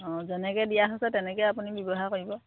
অঁ যেনেকৈ দিয়া হৈছে তেনেকৈয়ে আপুনি ব্যৱহাৰ কৰিব